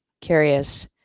curious